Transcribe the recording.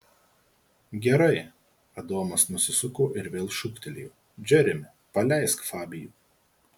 gerai adomas nusisuko ir vėl šūktelėjo džeremi paleisk fabijų